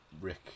Rick